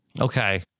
Okay